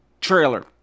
trailer